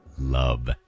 love